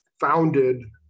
founded